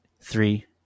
three